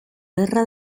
guerra